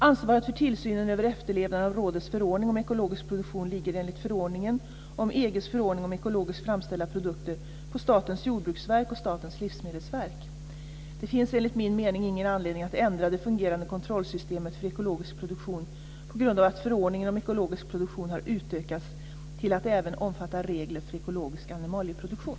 Ansvaret för tillsynen över efterlevnaden av rådets förordning om ekologisk produktion ligger enligt förordningen om Det finns enligt min mening ingen anledning att ändra det fungerande kontrollsystemet för ekologisk produktion på grund av att förordningen om ekologisk produktion har utökats till att även omfatta regler för ekologisk animalieproduktion.